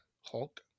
Hulk